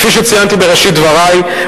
כפי שציינתי בראשית דברי,